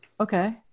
Okay